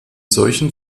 solchen